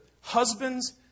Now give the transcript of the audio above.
husbands